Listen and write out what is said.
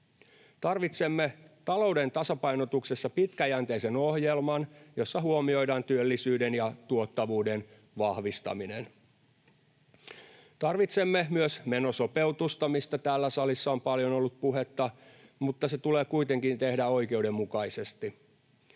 Tarvitsemme talouden tasapainotuksessa pitkäjänteisen ohjelman, jossa huomioidaan työllisyyden ja tuottavuuden vahvistaminen. Tarvitsemme myös menosopeutusta, mistä täällä salissa on paljon ollut puhetta, mutta se tulee kuitenkin tehdä oikeudenmukaisesti.